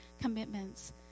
commitments